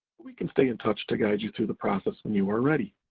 we can stay in touch to guide you through the process when you are ready.